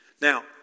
Now